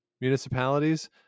municipalities